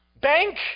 Bank